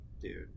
dude